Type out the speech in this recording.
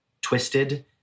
twisted